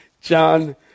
John